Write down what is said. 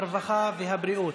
הרווחה והבריאות.